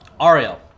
Ariel